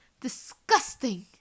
disgusting